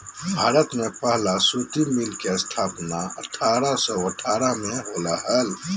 भारत में पहला सूती मिल के स्थापना अठारह सौ अठारह में होले हल